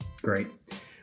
Great